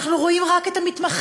אנחנו רואים רק את המתמחים.